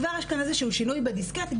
כבר יש כאן איזשהו שינוי בדיסקט,